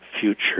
future